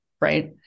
right